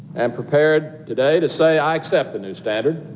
am prepared today to say i accept the new standard.